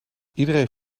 iedereen